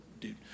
dude